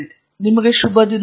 ಒಳ್ಳೆಯ ದಿನವಿರಲಿ